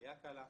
עלייה קלה,